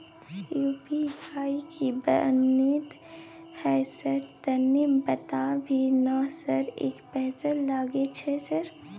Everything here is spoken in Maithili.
यु.पी.आई की बनते है सर तनी बता भी ना सर एक पैसा लागे छै सर?